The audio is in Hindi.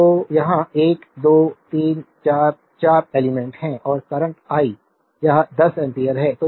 तो यहां 1 2 3 4 4 एलिमेंट्स हैं और करंट आई यह 10 एम्पीयर है